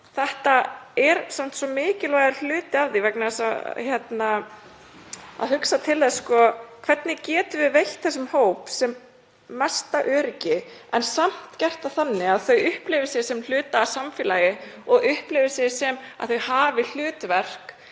Þetta er svo mikilvægur hluti af því, þ.e. hvernig við getum veitt þessum hóp sem mest öryggi en samt gert það þannig að þau upplifi sig sem hluta af samfélagi og upplifi sig sem að þau hafi hlutverk.